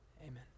Amen